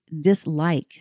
dislike